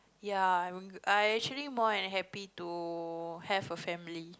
ya I I actually more unhappy to have a family